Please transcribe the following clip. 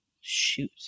Shoot